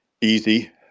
easy